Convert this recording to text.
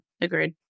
agreed